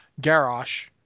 Garrosh